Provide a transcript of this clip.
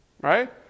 Right